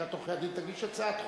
בלשכת עורכי-הדין, תגיש הצעת חוק.